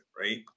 right